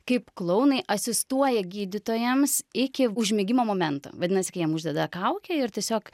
kaip klounai asistuoja gydytojams iki užmigimo momento vadinasi kai jiem uždeda kaukę ir tiesiog